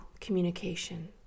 communication